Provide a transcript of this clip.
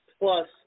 plus